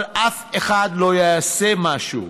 אבל אף אחד לא יעשה משהו.